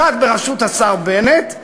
אחת בראשות השר בנט,